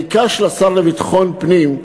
בעיקר של השר לביטחון פנים,